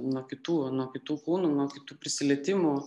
nuo kitų nuo kitų kūnų nuo kitų prisilietimų